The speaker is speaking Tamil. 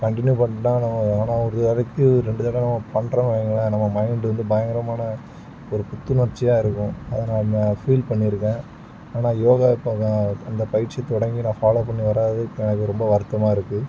கன்டினியூ பண்ணல ஆனால் ஆனால் ஒரு தடவைக்கு ரெண்டு தடவை நம்ம பண்ணுறோன் வைங்களேன் நம்ம மைண்டு வந்து பயங்கரமான ஒரு புத்துணர்ச்சியாக இருக்கும் அதை நம்ம ஃபீல் பண்ணிருக்கேன் ஆனால் யோகா இப்போ தான் அந்த பயிற்சி தொடங்கி நான் ஃபாலோவ் பண்ணி வராததுக்கு எனக்கு ரொம்ப வருத்தமாக இருக்கு